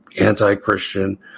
Anti-Christian